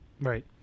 Right